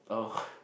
oh